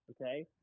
okay